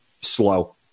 slow